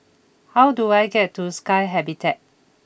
how do I get to Sky Habitat